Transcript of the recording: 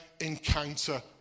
encounter